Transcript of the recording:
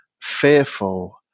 fearful